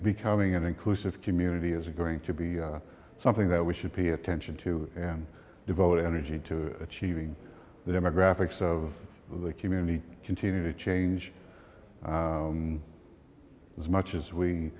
becoming an inclusive community is going to be something that we should pay attention to and devote energy to achieving the demographics of the community to continue to change as much as we